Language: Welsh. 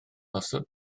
osod